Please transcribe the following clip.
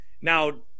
Now